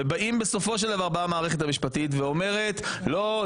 ובסופו של דבר באה המערכת המשפטית ואומרת: לא,